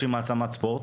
שהיא מעצמת ספורט,